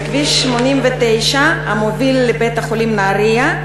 בכביש 89 המוביל לבית-החולים נהרייה,